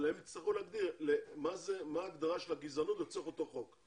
אבל הם יצטרכו להגדיר מה ההגדרה של הגזענות לצורך אותו חוק.